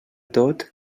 tot